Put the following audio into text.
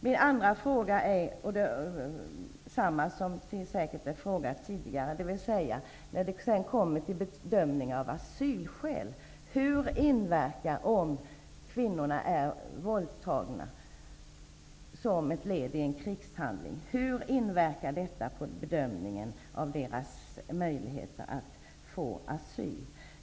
Min andra fråga har säkert varit uppe tidigare. Hur inverkar det på bedömningen av en kvinnas asylskäl, om hon har blivit våldtagen som en krigshandling? Hur inverkar detta på bedömningen av kvinnans möjlighet att få asyl?